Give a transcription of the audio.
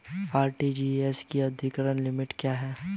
RTGS की अधिकतम limit क्या है?